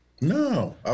No